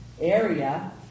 area